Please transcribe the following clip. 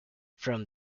from